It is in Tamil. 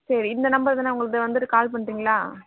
சரி இந்த நம்பர் தானே உங்களுது வந்துவிட்டு கால் பண்ணுறீங்களா